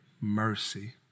mercy